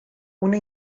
una